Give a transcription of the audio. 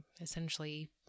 essentially